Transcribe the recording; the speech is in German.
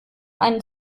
einen